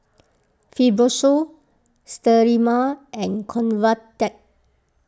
Fibrosol Sterimar and Convatec